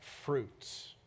fruits